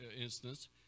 Instance